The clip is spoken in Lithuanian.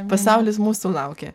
pasaulis mūsų laukia